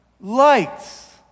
lights